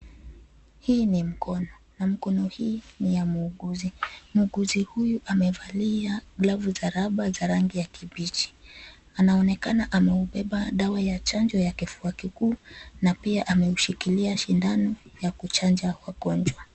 Hii ni mkono na mkono hii ni ya muuguzi. Muuguzi huyu amevalia glavu za raba za rangi ya kibichi. Anaonekana ameubeba dawa ya chanjo ya kifua kikuu na pia ameushikilia shindano ya kuchanja mgonjwa.